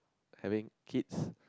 having kids